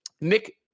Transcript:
Nick